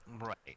Right